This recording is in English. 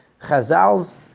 Chazal's